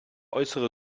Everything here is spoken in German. äußere